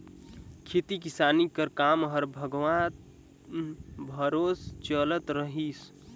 खेती किसानी कर काम हर भगवान भरोसे चलत रहिस